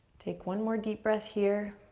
take one more deep breath here,